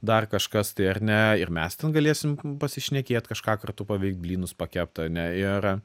dar kažkas tai ar ne ir mes ten galėsim pasišnekėt kažką kartu paveikt blynus pakept ane ir